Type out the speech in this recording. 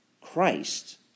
Christ